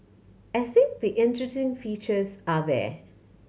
I think the interesting features are there